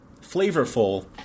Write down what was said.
flavorful